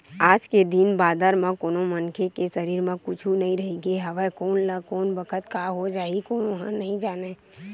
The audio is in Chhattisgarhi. आज के दिन बादर म कोनो मनखे के सरीर म कुछु नइ रहिगे हवय कोन ल कोन बखत काय हो जाही कोनो ह नइ जानय